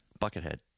Buckethead